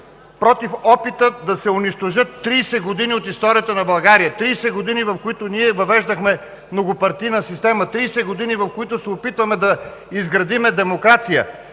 „против“ опита да се унищожат 30 години от историята на България. Тридесет години, в които ние въвеждахме многопартийна система. Тридесет години, в които се опитваме да изградим демокрация.